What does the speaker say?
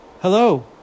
Hello